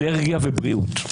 אנרגיה ובריאות.